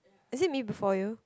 is it Me Before You